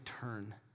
turn